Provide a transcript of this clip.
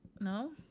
No